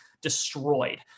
destroyed